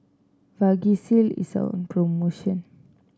vagisil is on promotion